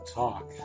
talk